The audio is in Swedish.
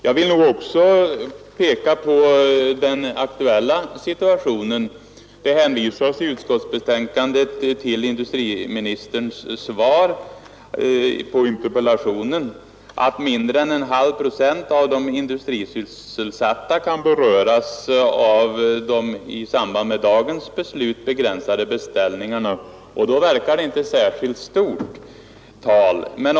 Jag vill emellertid också peka på den aktuella situationen. I utskottsbetänkandet hänvisas till industriministerns uttalande i interpellationssvaret, att mindre än en halv procent av de industrisysselsatta kan komma att beröras av de genom dagens beslut minskade beställningarna. Det verkar inte särskilt mycket.